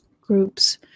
groups